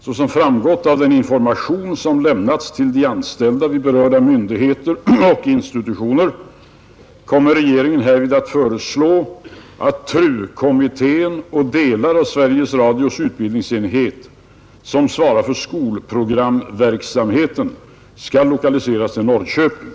Såsom framgått av den information som lämnats till de anställda vid berörda myndigheter och institutioner, kommer regeringen härvid att föreslå att TRU-kommittén och de delar av Sveriges Radios utbildningsenhet som svarar för skolprogramverksamheten skall lokaliseras till Norrköping.